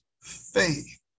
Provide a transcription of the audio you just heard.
faith